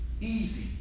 easy